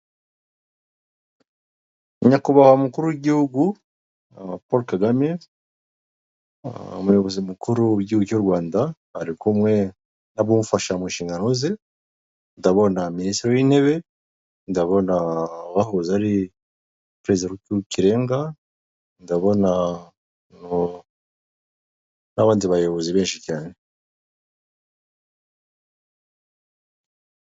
Nyakubahwa umukuru w'igihugu, Paul Kagame. Umuyobozi mukuru w'igihugu cy'u Rwanda, ari kumwe n'abamufasha mu nshingano ze. Ndabona minisitiri w'intebe, ndabona uwahoze ari perezida w'urukiko rw'ikirenga, ndabona n'abandi bayobozi benshi cyane.